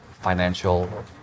financial